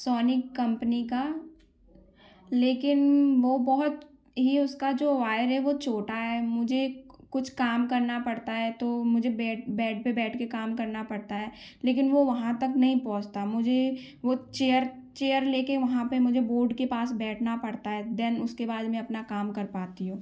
Soni company का लेकिन वो बहुत ही उसका जो वायर है वो छोटा है मुझे कुछ काम करना पड़ता है तो मुझे बेड बेड पर बैठ कर काम करना पड़ता है लेकिन वो वहाँ तक नहीं पहुंचता मुझे वो चेअर चेअर ले कर वहाँ पर मुझे बोर्ड के पास बैठना पड़ता है देन उसके बाद में अपना काम कर पाती हूँ